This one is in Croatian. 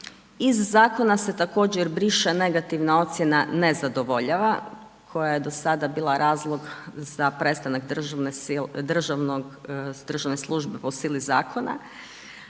Iz zakona se također briše negativna osoba ne zadovoljava, koja je do sada bila razlog za prestanak državne službe po sili zakona,